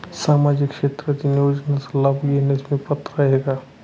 सामाजिक क्षेत्रातील योजनांचा लाभ घेण्यास मी पात्र आहे का?